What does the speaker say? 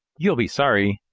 you'll be sorry!